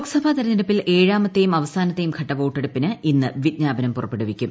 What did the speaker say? ലോകസഭാ തെരഞ്ഞെടുപ്പിൽ ഏഴാമത്തെയും അവസാനത്തെയും ഘട്ട വോട്ടെടുപ്പിന് ഇന്ന് വിജ്ഞാപനം പുറപ്പെടുവിക്കും